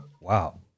Wow